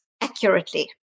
accurately